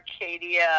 Arcadia